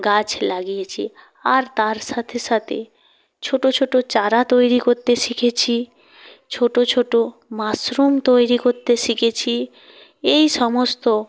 গাছ লাগিয়েছি আর তার সাথে সাথে ছোটো ছোটো চারা তৈরি করতে শিখেছি ছোটো ছোটো মাশরুম তৈরি করতে শিখেছি এই সমস্ত